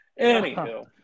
Anywho